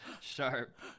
sharp